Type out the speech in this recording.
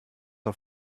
auf